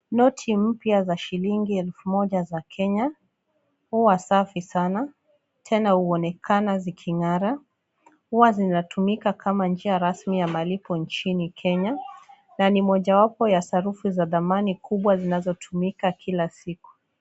Noti mpya za shilingi elfu moja za Kenya huwa safi sana tena huonekana ziking'ara. Huwa zinatumika kama njia rasmi ya malipo nchini Kenya na ni mojawapo ya sarufi za thamani kubwa zinazotumika kila siku.